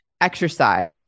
exercise